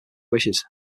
wishes